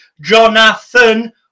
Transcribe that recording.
Jonathan